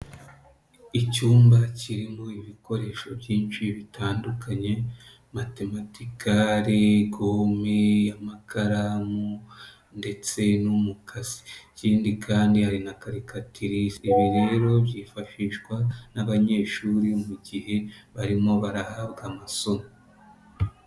Icyumba kirimo ibikoresho byinshi bitandukanye, matematikare, gome, amakaramu ndetse n'umukasi. Ikindi kandi hari na karekatirise. Ibi rero byifashishwa n'abanyeshuri mu gihe barimo barahabwa amasomo.